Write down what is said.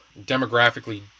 demographically